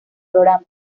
programa